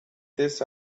this